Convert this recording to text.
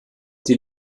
die